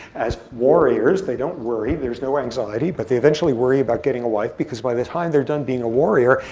as warriors, they don't worry. there's no anxiety. but they eventually worry about getting a wife, because by the time they're done being a warrior,